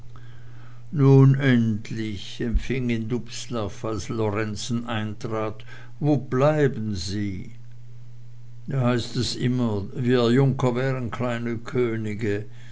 nun endlich empfing ihn dubslav als lorenzen eintrat wo bleiben sie da heißt es immer wir junker wären kleine könige